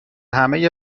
همه